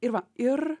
ir va ir